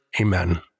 Amen